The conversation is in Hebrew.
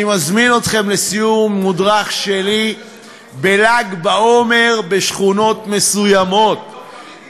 אני מזמין אתכם לסיור מודרך שלי בל"ג בעומר בשכונות מסוימות,